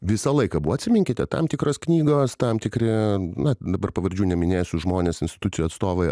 visą laiką buvo atsiminkite tam tikros knygos tam tikri na dabar pavardžių neminėsiu žmonės institucijų atstovai